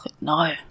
no